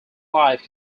life